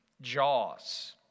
Jaws